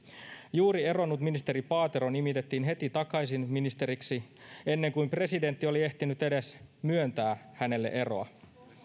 juuri eronnut ministeri paatero nimitettiin heti takaisin ministeriksi ennen kuin presidentti oli ehtinyt edes myöntää hänelle eroa